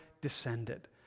descended